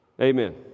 Amen